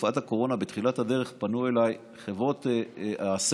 בתחילת תקופת הקורונה פנו אליי חברות הסלולר.